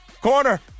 Corner